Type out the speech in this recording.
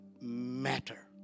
Matter